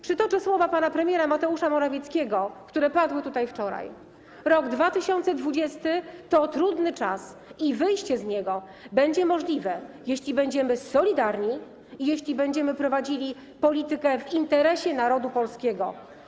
Przytoczę słowa pana premiera Mateusza Morawieckiego, które padły tutaj wczoraj: Rok 2020 to trudny czas i wyjście z niego będzie możliwe, jeśli będziemy solidarni i jeśli będziemy prowadzili politykę w interesie narodu polskiego.